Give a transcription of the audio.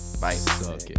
Bye